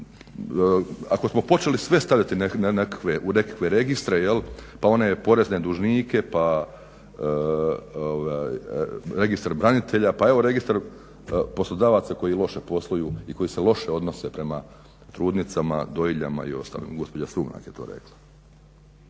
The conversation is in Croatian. smo sve počeli stavljati u nekakve registre pa one porezne dužnike pa Registar branitelja, pa evo registar poslodavaca koji loše posluju i koji se loše odnose prema trudnicama, dojiljama i ostalim. Gospođa Sumrak je to rekla.